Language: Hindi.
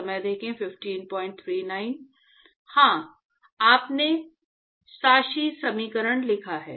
हाँ आपने शासी समीकरण लिखा है